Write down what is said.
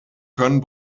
können